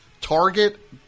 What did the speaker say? target